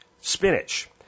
spinach